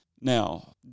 Now